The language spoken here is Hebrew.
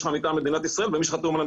לך מטעם מדינת ישראל ומי שחתום עליהם,